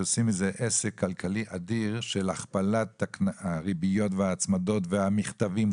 שעושים מזה עסק כלכלי אדיר של הכפלת הריביות וההצמדות והמכתבים.